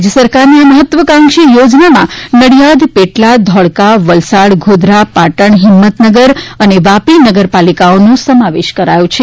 રાજ્ય સરકારની આ મહત્વાકાંક્ષી યોજનામાં નડિયાદ પેટલાદ ધોળકા વલસાડ ગોધરા પાટણ હિંમતનગર અને વાપી નગરપાલિકાઓનો સમાવેસ કરાયો છે